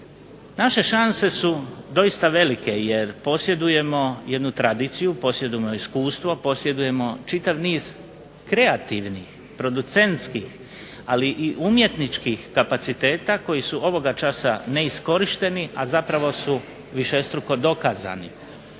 Naše šanse su doista velike jer posjedujemo jednu tradiciju, posjedujemo iskustvo, posjedujemo čitav niz kreativnih, producentskih ali i umjetničkih kapaciteta koji su ovoga časa neiskorišteni a zapravo su višestruko dokazani.